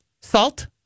Salt